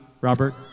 Robert